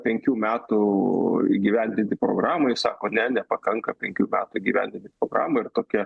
penkių metų įgyvendinti programai sako ne nepakanka penkių metų įgyvendinti programą ir tokia